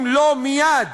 אם לא נושיט מייד